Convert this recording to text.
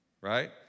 right